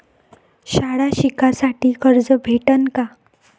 शाळा शिकासाठी कर्ज भेटन का?